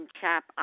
Chap